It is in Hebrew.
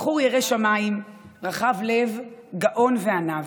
בחור ירא שמיים, רחב לב, גאון ועניו.